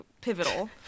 pivotal